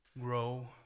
grow